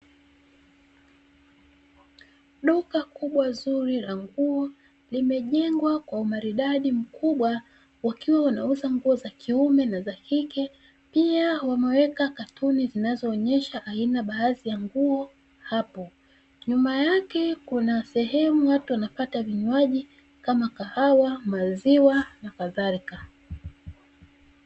Duka kubwa zuri la nguo limejengwa kwa umaridadi mkubwa wakiwa wanauza nguo za kiume na za kike, pia wameweka katuni zinazoonyesha aina baadhi ya nguo hapo. Nyuma yake kuna sehemu watu wanapata vinywaji kama kahawa, maziwa na kadhalika.